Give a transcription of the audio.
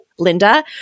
linda